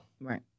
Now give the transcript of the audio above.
Right